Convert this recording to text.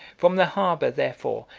from the harbor, therefore,